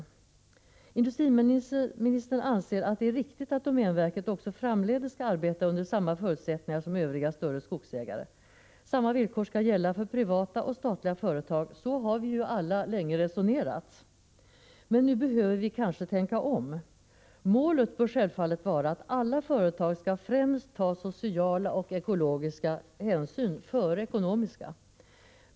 1 april 1986 Industriministern anser att det är riktigt att domänverket också framdeles skall arbeta under samma förutsättningar som övriga större skogsägare. Samma villkor skall gälla för privata och statliga företag. Så har vi ju alla länge resonerat. Men nu behöver vi kanske tänka om. Målet bör självfallet vara att alla företag främst skall ta sociala och ekologiska hänsyn — före ekonomiska.